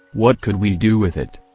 what could we do with it?